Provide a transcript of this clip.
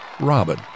Robin